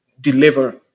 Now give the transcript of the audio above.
deliver